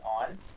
on